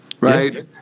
right